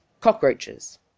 Cockroaches